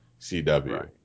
CW